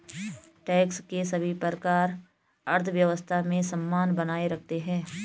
tax के सभी प्रकार अर्थव्यवस्था में समन्वय बनाए रखते हैं